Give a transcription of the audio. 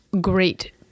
great